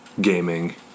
gaming